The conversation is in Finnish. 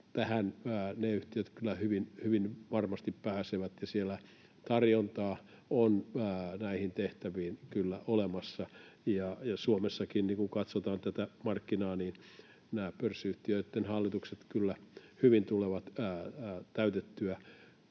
tähän ne yhtiöt kyllä hyvin varmasti pääsevät, ja siellä tarjontaa on näihin tehtäviin kyllä olemassa. Suomessakin, kun katsotaan tätä markkinaa, nämä pörssiyhtiöitten hallitukset kyllä hyvin tulevat täytettyä